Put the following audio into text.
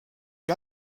kui